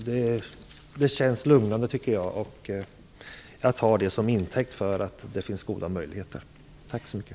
Fru talman! Det arbetsmarknadsministern säger känns lugnande, och jag tar det till intäkt för att det finns goda möjligheter. Tack så mycket!